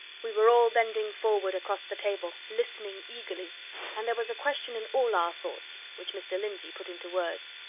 we were all bending forward across the table, listening eagerly and there was a question in all our thoughts, which mr. lindsey put into words.